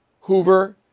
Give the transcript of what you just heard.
Hoover